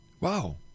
Wow